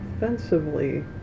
offensively